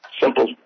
simple